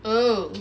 oh